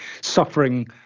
suffering